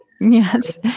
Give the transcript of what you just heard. Yes